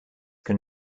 can